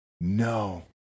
No